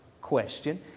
question